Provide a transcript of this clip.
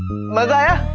mother.